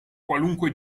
qualunque